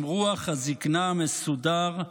עם רוח הזקנה המסודר,